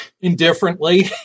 indifferently